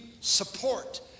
support